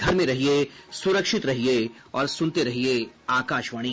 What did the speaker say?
घर में रहिये सुरक्षित रहिये और सुनते रहिये आकाशवाणी